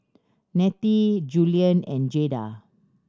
Nettie Julian and Jada